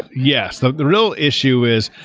yes. the the real issue is,